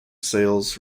sales